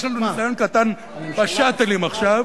יש לנו ניסיון קטן ב"שאטלים" עכשיו,